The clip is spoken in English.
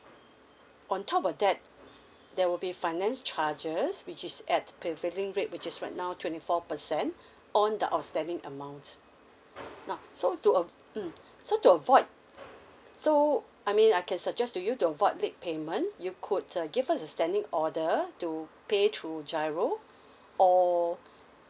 on top of that there will be finance charges which is at prevailing rate which is right now twenty four percent on the outstanding amount now so to av~ mm so to avoid so I mean I can suggest to you to avoid late payment you could uh give a standing order to pay through GIRO or